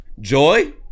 joy